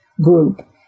group